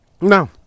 No